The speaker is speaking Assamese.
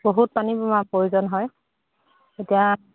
বহুত পানী প্ৰয়োজন হয় এতিয়া